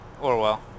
Orwell